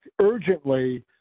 urgently